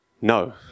No